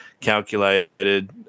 calculated